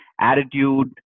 attitude